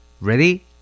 Ready